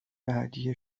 بعدی